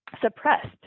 suppressed